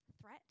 threat